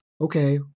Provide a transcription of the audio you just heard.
okay